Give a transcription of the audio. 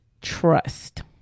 trust